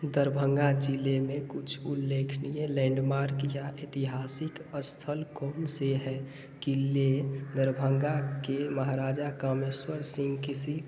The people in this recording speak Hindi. दरभंगा ज़िले में कुछ उल्लेखनीय लैंडमार्क या ऐतिहासिक स्थल कौन से है किले दरभंगा के महाराजा कामेश्वर सिंह किसी